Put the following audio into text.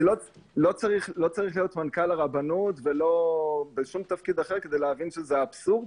לא צריך מנכ"ל הרבנות ושום תפקיד אחר כדי להבין שזה אבסורד